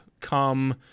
come